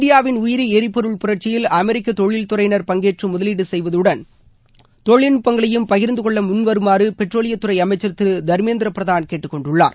இந்தியாவின் உயிரி ளரிபொருள் புரட்சியில் அமெரிக்க தொழில் துறையினா் பங்கேற்று முதலீடு செய்வதுடன் தொழில்நுட்பங்களையும் பகிா்ந்து கொள்ள முன்வருமாறு பெட்ரோலியத் துறை அமைச்சா் திரு தர்மேந்திர பிரதான் கேட்டுக்கொண்டுள்ளார்